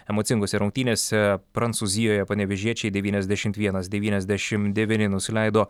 emocingose rungtynėse prancūzijoje panevėžiečiai devyniasdešimt vienas devyniasdešim devyni nusileido